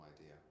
idea